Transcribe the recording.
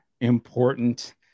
important